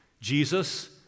Jesus